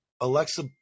Alexa